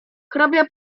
hrabia